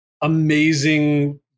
amazing